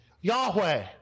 Yahweh